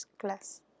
class